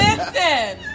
Listen